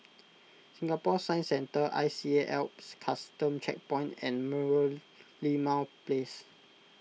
Singapore Science Centre I C A Alps Custom Checkpoint and Merlimau Place